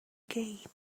gate